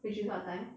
which is what time